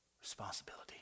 responsibility